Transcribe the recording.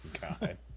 God